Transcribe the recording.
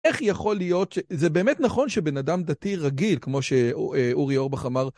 איך יכול להיות, זה באמת נכון שבן אדם דתי רגיל, כמו שאורי אורבך אמר...